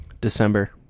December